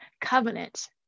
covenant